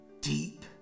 deep